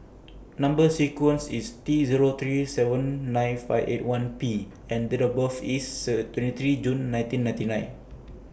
Number sequence IS T Zero three seven nine five eight one P and Date of birth IS Third twenty three June nineteen ninety nine